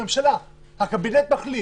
בממשלה הקבינט מחליט